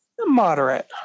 Moderate